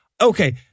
Okay